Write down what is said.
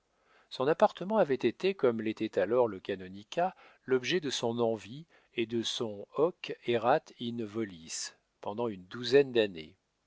son appartement avait été comme l'était alors le canonicat l'objet de son envie et son hoc erat in votis pendant une douzaine d'années